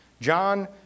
John